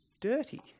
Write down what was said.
dirty